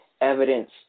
evidence